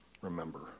remember